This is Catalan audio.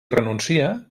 renuncia